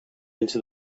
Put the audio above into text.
into